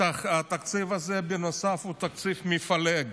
נוסף על כך התקציב הזה הוא תקציב מפלג.